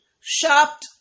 shopped